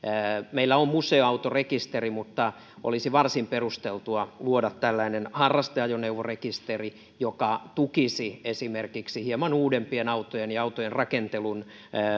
meillä on museoautorekisteri mutta olisi varsin perusteltua luoda tällainen harrasteajoneuvorekisteri joka tukisi esimerkiksi hieman uudempien autojen ja autojen rakentelun